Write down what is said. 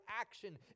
action